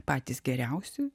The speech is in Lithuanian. patys geriausi